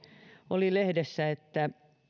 lehdessä